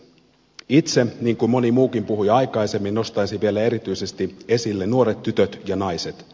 itse niin kuin moni muukin puhuja aikaisemmin nostaisin vielä erityisesti esille nuoret tytöt ja naiset